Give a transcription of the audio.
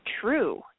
true